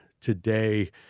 today